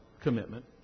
commitment